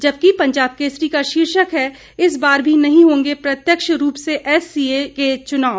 जबकि पंजाब केसरी का शीर्षक है इस बार मी नहीं होगे प्रत्यक्ष रूप से एससीए के चुनाव